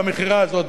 במכירה הזאת,